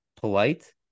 polite